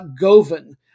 Govan